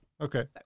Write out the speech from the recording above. Okay